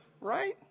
Right